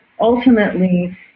ultimately